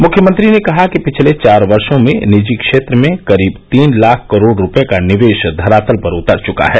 मुख्यमंत्री ने कहा कि पिछले चार वर्षो में निजी क्षेत्र में करीब तीन लाख करोड़ रूपये का निवेश धरातल पर उतर चुका है